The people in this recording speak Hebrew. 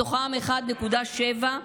מתוכם 1.7,